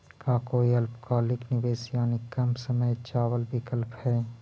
का कोई अल्पकालिक निवेश यानी कम समय चावल विकल्प हई?